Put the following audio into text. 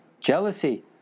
Jealousy